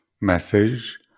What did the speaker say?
message